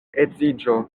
edziĝo